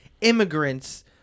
immigrants